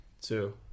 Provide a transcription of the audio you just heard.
two